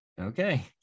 Okay